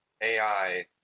AI